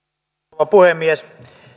rouva puhemies